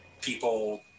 people